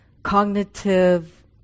cognitive